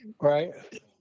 right